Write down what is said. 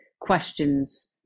questions